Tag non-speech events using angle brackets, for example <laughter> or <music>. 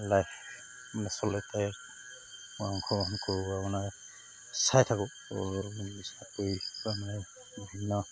আচলতে অংশগ্ৰহণ কৰোঁ আপোনাৰ চাই থাকোঁ <unintelligible> বিভিন্ন